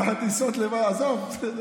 אבל הטיסות לבד, עזוב, בסדר.